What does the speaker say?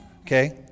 Okay